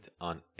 on